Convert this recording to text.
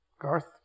Garth